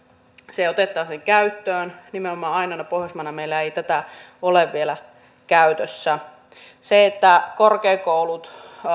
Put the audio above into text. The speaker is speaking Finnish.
se otettaisiin käyttöön nimenomaan ainoana pohjoismaana meillä ei tätä ole vielä käytössä se että korkeakoulut